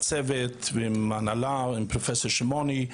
הצוות, עם ההנהלה, עם פרופסור שמעוני.